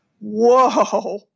whoa